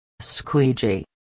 Squeegee